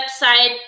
website